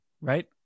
right